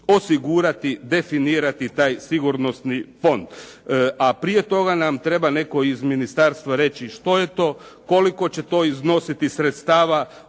osigurati, definirati taj sigurnosni fond. A prije toga nam netko iz ministarstva reći, što je to, koliko će to iznositi sredstava,